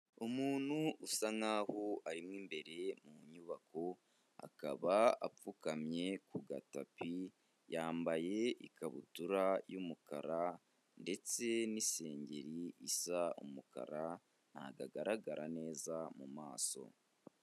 Umuntu usa nkaho arimo imbere mu nyubako, akaba apfukamye ku gatapi yambaye ikabutura y'umukara ndetse n'isengiri isa umukara, ntagaragara neza mu maso.